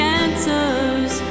answers